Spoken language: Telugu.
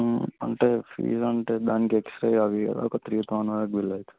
అంటే ఫీజ్ అంటే దానికి ఎక్స్ట్రా అవి ఒక త్రీ తౌజండ్ బిల్ అవుతుంది